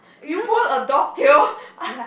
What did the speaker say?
you pulled a dog tail